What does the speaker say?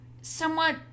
somewhat